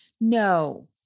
No